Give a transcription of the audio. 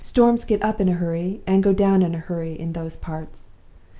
storms get up in a hurry, and go down in a hurry, in those parts.